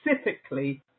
specifically